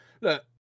Look